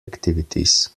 activities